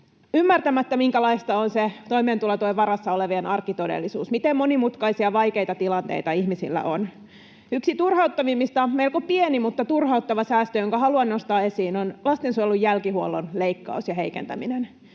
ymmärtämättä, minkälaista on se toimeentulotuen varassa olevien arkitodellisuus: miten monimutkaisia, vaikeita tilanteita ihmisillä on. Yksi turhauttavimmista, melko pieni, mutta turhauttava säästö, jonka haluan nostaa esiin, on lastensuojelun jälkihuollon leikkaus ja heikentäminen.